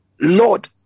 Lord